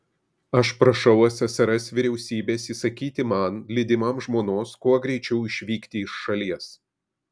aš prašau ssrs vyriausybės įsakyti man lydimam žmonos kuo greičiau išvykti iš šalies